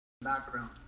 background